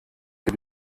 für